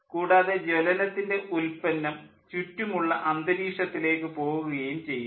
കൂടാതെ ജ്വലനത്തിൻ്റെ ഉല്പന്നം ചുറ്റുമുള്ള അന്തരീക്ഷത്തിലേക്ക് പോകുകയും ചെയ്യുന്നു